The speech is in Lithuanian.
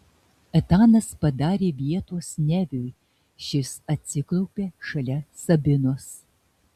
etanas padarė vietos neviui šis atsiklaupė šalia sabinos